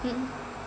mm